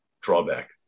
drawback